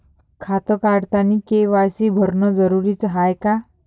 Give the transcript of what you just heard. खातं काढतानी के.वाय.सी भरनं जरुरीच हाय का?